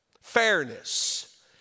fairness